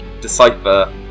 decipher